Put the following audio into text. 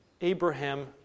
Abraham